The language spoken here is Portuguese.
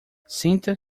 sinta